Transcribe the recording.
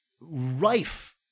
rife